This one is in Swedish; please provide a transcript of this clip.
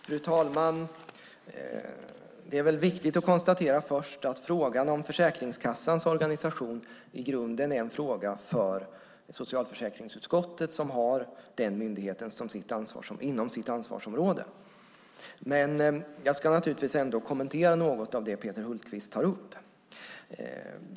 Fru talman! Först är det viktigt att konstatera att frågan om Försäkringskassans organisation i grunden är en fråga för socialförsäkringsutskottet som har den myndigheten inom sitt ansvarsområde. Men jag ska ändå kommentera något av det Peter Hultqvist tar upp.